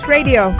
Radio